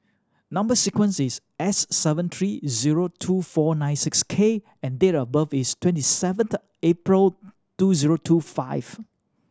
number sequence is S seven three zero two four nine six K and date of birth is twenty seventh April two zero two five